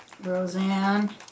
Roseanne